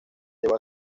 llegó